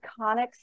iconic